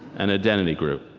an identity group,